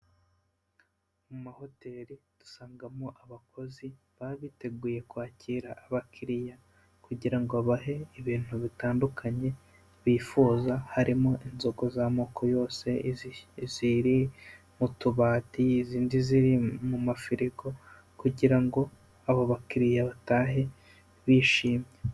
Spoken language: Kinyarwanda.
Mu mahoteli dusangamo abakozi baba biteguye kwakira abakiriya kugira ngo babahe ibintu bitandukanye bifuza harimo inzoga z'amoko yose iziri mu tubati, izindi ziri mu mafirigo kugira ngo abo bakiriya batahe bishimye.